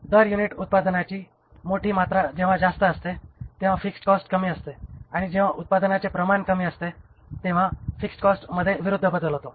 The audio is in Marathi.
दर युनिट उत्पादनाची मोठी मात्रा जेव्हा जास्त असते तेव्हा फिक्स्ड कॉस्ट कमी असते आणि जेव्हा उत्पादनाचे प्रमाण कमी असते तेव्हा फिक्स्ड कॉस्ट मध्ये विरुद्ध बदल होतो